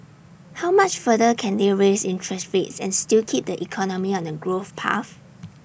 how much further can they raise interest rates and still keep the economy on A growth path